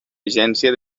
vigència